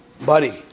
buddy